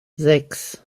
sechs